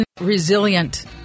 resilient